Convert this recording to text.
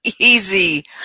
Easy